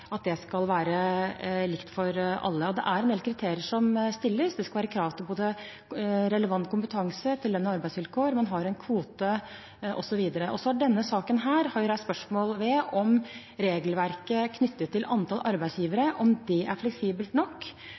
skal være likt for alle. Og det er en del kriterier som stilles. Det skal være krav til både relevant kompetanse og til lønns- og arbeidsvilkår, man har en kvote osv. Så har denne saken reist spørsmål ved om regelverket knyttet til antall arbeidsgivere er fleksibelt nok, om det